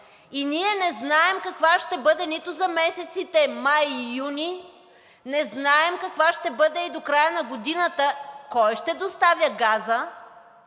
и ние не знаем каква ще бъде нито за месеците май и юни, не знаем каква ще бъде и до края на годината, кой ще доставя газа,